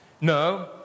No